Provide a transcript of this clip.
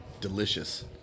delicious